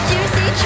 Juicy